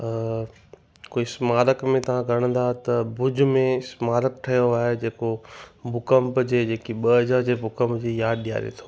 कोई स्मारक में तव्हां ॻणंदा त भुज में स्मारक ठहियो आहे जेको भूकंप जे जेकी ॿ हज़ार जे भूकंप जी यादि ॾियारे थो